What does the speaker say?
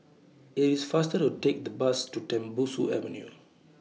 IT IS faster to Take The Bus to Tembusu Avenue